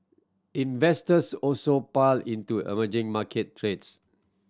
investors also piled into emerging market trades